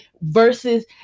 Versus